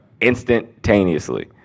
instantaneously